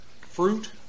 fruit